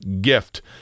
gift